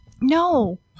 No